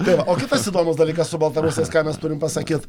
tai va o kitas įdomus dalykas su baltarusais ką mes turim pasakyt